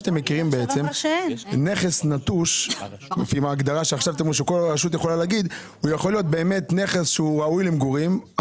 נכס נטוש יכול להיות נכס שראוי למגורים,